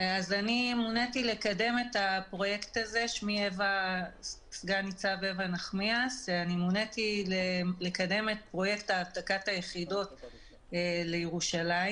מוניתי לקדם את פרויקט העתקת היחידות לירושלים.